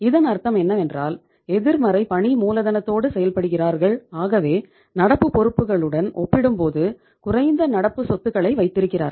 இதன் அர்த்தம் என்னவென்றால் எதிர்மறை பணி மூலதனத்தோடு செயல்படுகிறார்கள் ஆகவே நடப்பு பொறுப்புகளுடன் ஒப்பிடும்போது குறைந்த நடப்பு சொத்துக்களை வைத்திருக்கிறார்கள்